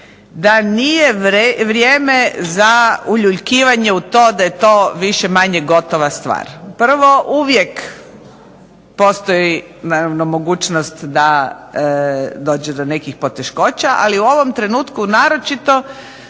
da nije vrijeme za uljuljkivanje u to da je to više-manje gotova stvar. Prvo, uvijek postoji naravno mogućnost da dođe do nekih poteškoća, ali u ovom trenutku naročito